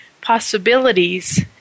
possibilities